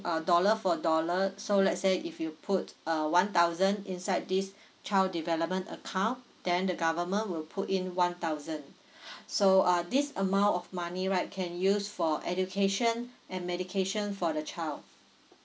a dollar for dollar so let's say if you put uh one thousand inside this child development account then the government will put in one thousand so uh this amount of money right can use for education and medication for the child